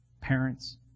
Parents